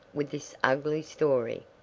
with this ugly story?